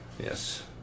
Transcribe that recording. Yes